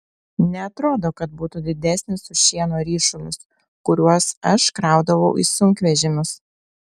neatrodo kad būtų didesnis už šieno ryšulius kuriuos aš kraudavau į sunkvežimius